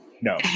No